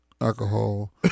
alcohol